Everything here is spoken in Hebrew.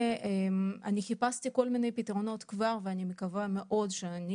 אני חיפשתי כל מיני פתרונות כבר ואני מקווה מאוד שאני